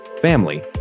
family